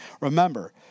Remember